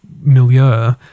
milieu